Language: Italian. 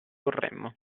vorremmo